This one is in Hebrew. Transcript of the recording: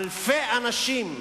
אלפי אנשים,